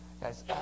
Guys